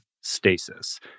stasis